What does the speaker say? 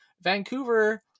Vancouver